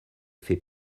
fait